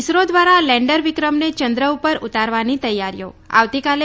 ઇસરો દ્વારા લેન્ડર વિક્રમને ચંદ્ર પર ઉતારવાની તૈયારીઓ આવતીકાલે